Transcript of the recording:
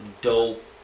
dope